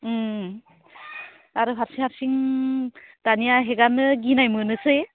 आरो हारसिं हारसिं दानिया हगारनो गिनायमोनोसै